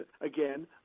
again